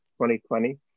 2020